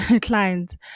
clients